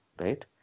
right